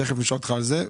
תכף אני אשאל אותך על זה.